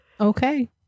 Okay